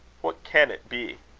what can it be?